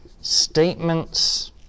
statements